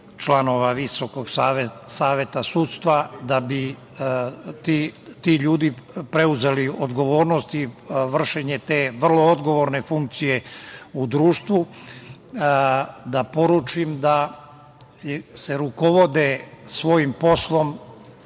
članova Visokog saveta sudstva da bi ti ljudi preuzeli odgovornost i vršenje te vrlo odgovorne funkcije u društvu, da poručim da rukovode svojim poslom,